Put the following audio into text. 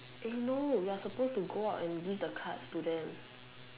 eh no you are supposed to go out and give the cards to them